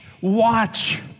Watch